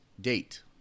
date